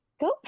Go